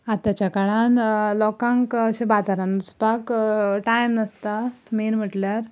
आतांच्या काळांत लोकांक अशें बाजारांत वचपाक टायम नासता मेन म्हणल्यार